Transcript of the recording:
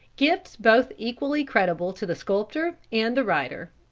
gifts both equally creditable to the sculptor and the writer,